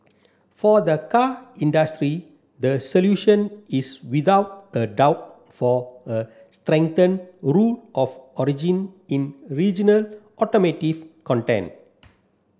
for the car industry the solution is without a doubt for a strengthened rule of origin in regional automotive content